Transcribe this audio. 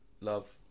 love